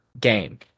game